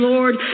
Lord